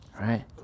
right